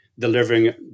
delivering